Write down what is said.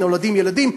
נולדים ילדים,